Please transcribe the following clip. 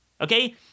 Okay